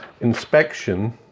inspection